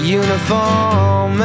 uniform